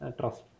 trust